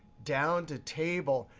down to table.